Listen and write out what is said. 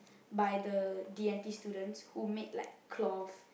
by the D-and-T students who made like cloth